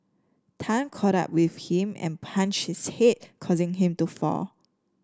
Tan caught up with him and punch his head causing him to fall